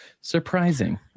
Surprising